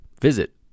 Visit